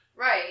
Right